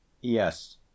Yes